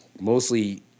mostly